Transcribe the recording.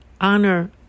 honor